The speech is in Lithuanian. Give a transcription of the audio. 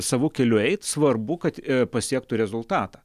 savu keliu eit svarbu kad pasiektų rezultatą